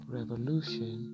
Revolution